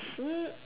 uh